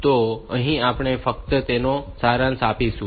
તો અહીં આપણે ફક્ત તેમનો સારાંશ આપીશું